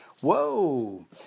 Whoa